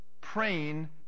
praying